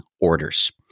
orders